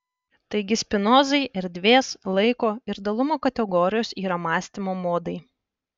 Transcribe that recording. taigi spinozai erdvės laiko ir dalumo kategorijos yra mąstymo modai